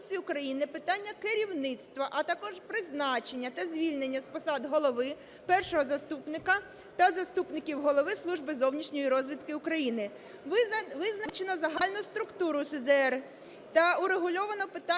Конституції України питання керівництва, а також призначення та звільнення з посад голови, першого заступника та заступників голови Служби зовнішньої розвідки України. Визначено загальну структуру СЗР та врегульовано питання